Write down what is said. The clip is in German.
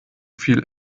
viel